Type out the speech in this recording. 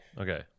Okay